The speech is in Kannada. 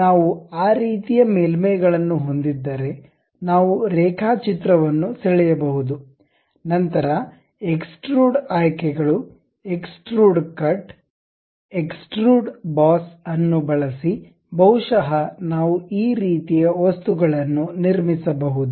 ನಾವು ಆ ರೀತಿಯ ಮೇಲ್ಮೈಗಳನ್ನು ಹೊಂದಿದ್ದರೆ ನಾವು ರೇಖಾಚಿತ್ರ ವನ್ನು ಸೆಳೆಯಬಹುದು ನಂತರ ಎಕ್ಸ್ಟ್ರುಡ್ ಆಯ್ಕೆಗಳು ಎಕ್ಸ್ಟ್ರುಡ್ ಕಟ್ ಎಕ್ಸ್ಟ್ರೂಡ್ ಬಾಸ್ ಅನ್ನು ಬಳಸಿ ಬಹುಶಃ ನಾವು ಈ ರೀತಿಯ ವಸ್ತುಗಳನ್ನು ನಿರ್ಮಿಸಬಹುದು